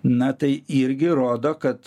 na tai irgi rodo kad